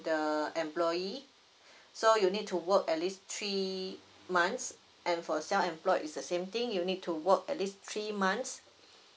the employee so you need to work at least three months and for a self employed is the same thing you need to work at least three months